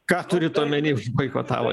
ką turit omeny boikotavo